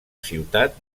ciutat